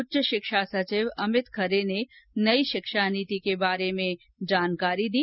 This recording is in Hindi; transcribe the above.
उच्च शिक्षा सचिव अमित खरे ने नई शिक्षा नीति के बारे में जानकारी दी